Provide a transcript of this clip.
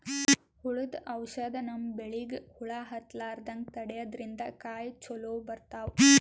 ಹುಳ್ದು ಔಷಧ್ ನಮ್ಮ್ ಬೆಳಿಗ್ ಹುಳಾ ಹತ್ತಲ್ಲ್ರದಂಗ್ ತಡ್ಯಾದ್ರಿನ್ದ ಕಾಯಿ ಚೊಲೋ ಬರ್ತಾವ್